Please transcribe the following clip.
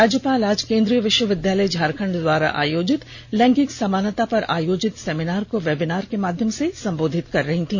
राज्यपाल आज केन्द्रीय विश्वविद्यालय झारखंड द्वारा आयोजित लैंगिक समानता पर आयोजित सेमिनार को वेबिनार के माध्यम से संबोधित कर रही थी